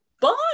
bye